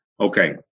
Okay